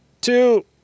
two